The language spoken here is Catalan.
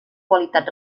qualitat